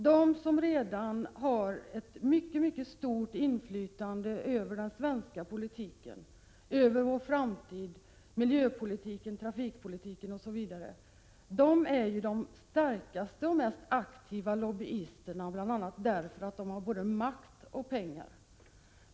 De som redan har ett mycket stort inflytande över den svenska politiken, över vår framtid, miljöpolitiken, trafikpolitiken osv., är ju de starkaste och mest aktiva lobbyisterna, bl.a. därför att de har både makt och pengar.